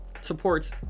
supports